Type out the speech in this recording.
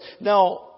Now